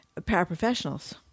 paraprofessionals